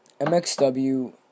MXW